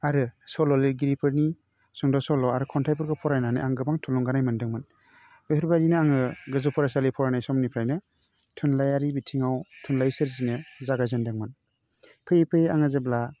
आरो सल' लिरगिरिफोरनि सुंद' सल' आरो खन्थाइफोरखौ फरायनानै आं गोबां थुलुंगानाय मोनदोंमोन बेफोरबादिनो आङो गोजौ फरायसालि फरायनाय समनिफ्रायनो थुनलाइयारि बिथिङाव थुनलाइ सोरजिनो जागायजेनदोंमोन फैयै फैयै आङो जेब्ला